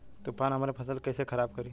तूफान हमरे फसल के कइसे खराब करी?